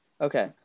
Okay